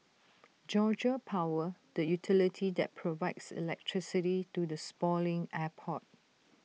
Georgia power the utility that provides electricity to the sprawling airport